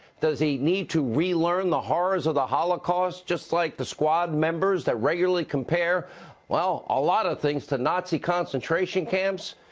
does he need to re-learn the horrors of the holocaust just like the squad members that regulate compare well, a lot of things that nazi concentration camps?